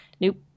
nope